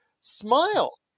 Smile